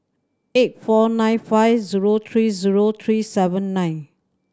eight four nine five zero three zero three seven nine